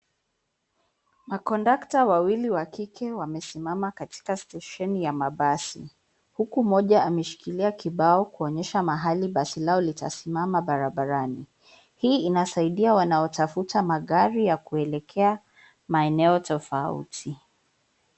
Makondakta wawili wa kike wamesimama katika stesheni ya mabasi huku moja ameshikilia kibao kuonyesha mahali basi lao litasimama barabarani. Hii inasaidia wanaotafuta magari ya kuelekea maeneo tofauti.